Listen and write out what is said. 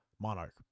Monarch